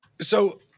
So-